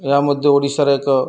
ଏହା ମଧ୍ୟ ଓଡ଼ିଶାର ଏକ